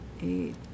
Eight